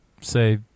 say